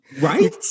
Right